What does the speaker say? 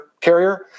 carrier